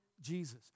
Jesus